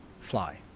fly